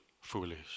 foolish